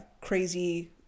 crazy